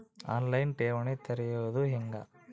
On line ಠೇವಣಿ ತೆರೆಯೋದು ಹೆಂಗ?